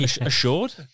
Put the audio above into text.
assured